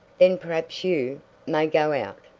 then perhaps you may go out.